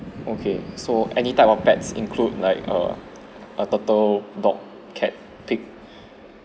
okay so any type of pets include like err a turtle dog cat pig